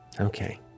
Okay